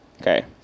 Okay